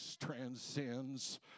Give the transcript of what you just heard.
transcends